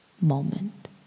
moment